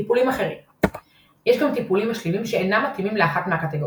טיפולים אחרים יש גם טיפולים משלימים שאינם מתאימים לאחת מהקטגוריות,